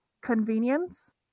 convenience